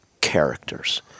characters